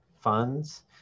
funds